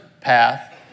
path